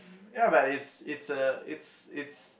ya but it's it's a it's it's